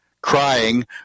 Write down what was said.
crying